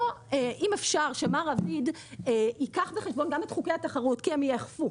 שאם אפשר שמר רביד ייקח בחשבון גם את חוקי התחרות כי הם יאכפו